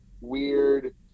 weird